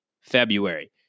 February